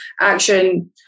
action